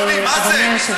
סליחה, אדוני, מה זה?